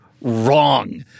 wrong